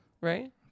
right